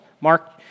Mark